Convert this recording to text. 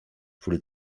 który